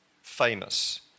famous